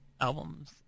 albums